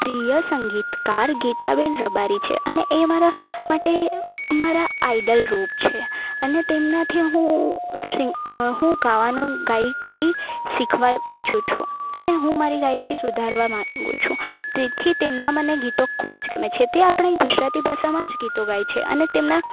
પ્રિય સંગીતકાર ગીતાબેન રબારી છે એ મારા માટે મારા આઇડોલ રૂપ છે અને તેમનાથી હું શી હું ગાવાનું ગાયકી શીખવા ઈચ્છું છું અને હું મારી ગાયકી સુધારવા માંગુ છું તેથી તેમના મને ગીતો મને ખૂબ જ ગમે છે તે આપણી ગુજરાતી ભાષામાં જ ગીતો ગાય છે અને તેમના